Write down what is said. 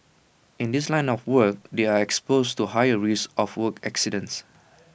in this line of work they are exposed to higher risk of work accidents